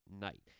night